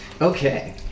Okay